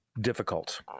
difficult